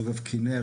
עם סובב כינרת.